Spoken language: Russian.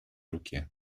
руке